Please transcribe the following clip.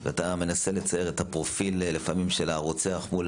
ואתה מנסה לצייר את הפרופיל של הרוצח מול